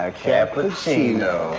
ah cappuccino.